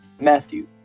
Matthew